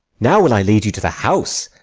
now will i lead you to the house,